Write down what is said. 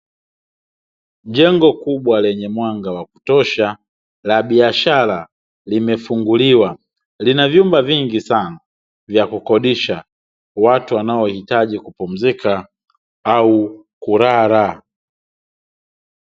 Jengo kubwa lenye mwanga wakutosha la biashara limefunguliwa, lina vyumba vingi sana, vya kukodisha watu wanaohitaji kupumzika au kulala.